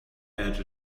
edge